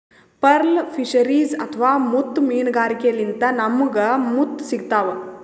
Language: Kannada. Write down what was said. ಪರ್ಲ್ ಫಿಶರೀಸ್ ಅಥವಾ ಮುತ್ತ್ ಮೀನ್ಗಾರಿಕೆಲಿಂತ್ ನಮ್ಗ್ ಮುತ್ತ್ ಸಿಗ್ತಾವ್